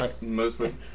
mostly